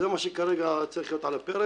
זה מה שכרגע צריך להיות על הפרק.